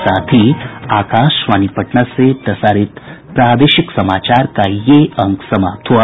इसके साथ ही आकाशवाणी पटना से प्रसारित प्रादेशिक समाचार का ये अंक समाप्त हुआ